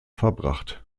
verbracht